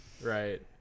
Right